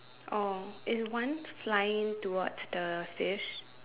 oh is one flying towards the fish